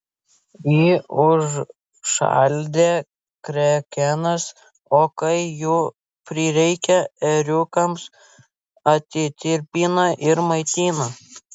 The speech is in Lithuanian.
ji užšaldė krekenas o kai jų prireikė ėriukams atitirpino ir maitino